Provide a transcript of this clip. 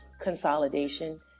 consolidation